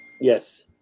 Yes